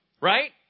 Right